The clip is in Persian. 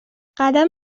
قدم